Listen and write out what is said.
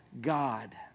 God